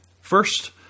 First